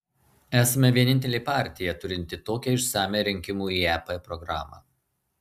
esame vienintelė partija turinti tokią išsamią rinkimų į ep programą